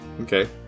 okay